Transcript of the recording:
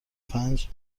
پنج